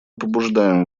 побуждаем